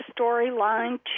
storyline